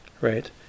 Right